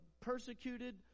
persecuted